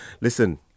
listen